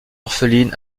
orpheline